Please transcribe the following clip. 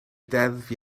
deddf